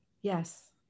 Yes